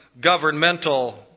governmental